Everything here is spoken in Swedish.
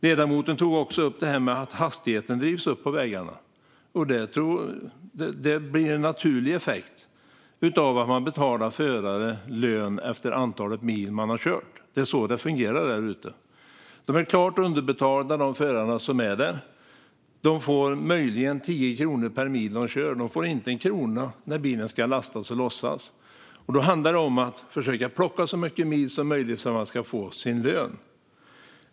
Ledamoten tog också upp det här med att hastigheten drivs upp på vägarna. Det är en naturlig effekt av att man betalar förare lön efter antal mil de har kört. Det är så det fungerar där ute. Förarna är klart underbetalda. De får möjligen 10 kronor per mil de kör och inte en krona när bilen ska lastas och lossas. Då handlar det om att försöka plocka så många mil som möjligt så att man ska få sin lön.